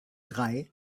drei